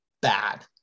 bad